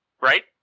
right